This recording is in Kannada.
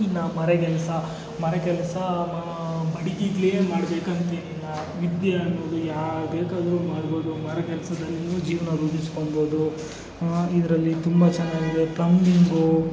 ಇನ್ನು ಮರಕೆಲಸ ಮರಕೆಲಸ ಬಡಗಿಗಳೇ ಮಾಡಬೇಕಂತೇನಿಲ್ಲ ವಿದ್ಯೆ ಅನ್ನೋದು ಯಾರು ಬೇಕಾದರೂ ಮಾಡ್ಬೋದು ಮರಗೆಲಸದಲ್ಲಿಯೂ ಜೀವನ ರೂಪಿಸ್ಕೋಬೋದು ಇದರಲ್ಲಿ ತುಂಬ ಚೆನ್ನಾಗಿದೆ ಪ್ಲಂಬಿಂಗು